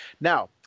Now